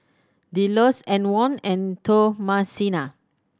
Delos Antwon and Thomasina